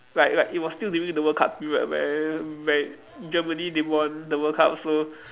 like like it was still during the world cup period where where Germany didn't won the world cup so